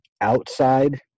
outside